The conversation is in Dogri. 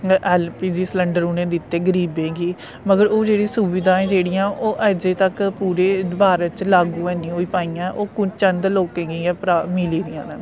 एलपीजी सिलेंडर उनें दित्ते गरीबें गी मगर ओह् जेह्ड़ी सुविधाएं जेहड़ियां ओह् अज्जै तक्कर पूरे भारत च लागू हन्नी होई पाइयां ओह् कोई चंद लोकें गी गै मिली दियां